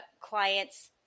client's